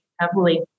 heavily